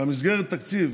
שמסגרת התקציב